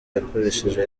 yakoresheje